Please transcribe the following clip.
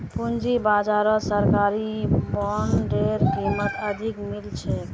पूंजी बाजारत सरकारी बॉन्डेर कीमत अधिक मिल छेक